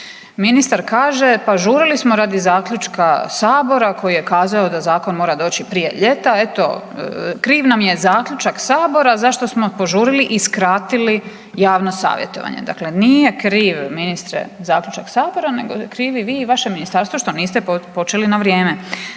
Ministar kaže, pa žurili smo radi zaključka Sabora koji je kazao da zakon mora doći prije ljeta, eto kriv nam je zaključak Sabora zašto smo požurili i skratili javno savjetovanje. Dakle nije kriv ministre zaključak Sabora nego krivi vi i vaše ministarstvo što niste počeli na vrijeme.